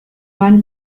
one